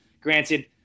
Granted